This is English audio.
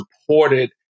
supported